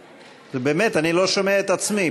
נו, באמת, אני לא שומע את עצמי.